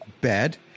bad